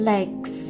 Legs